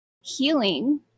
Healing